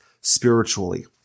spiritually